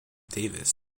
davis